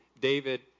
David